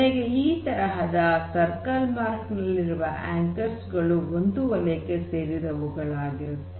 ಕೊನೆಗೆ ಈ ತರಹದ ಸರ್ಕಲ್ ಮಾರ್ಕ್ ನಲ್ಲಿರುವ ಆಂಕರ್ಸ್ ಗಳು ಒಂದು ವಲಯಕ್ಕೆ ಸೇರಿದವುಗಳಾಗಿರುತ್ತವೆ